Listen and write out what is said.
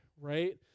right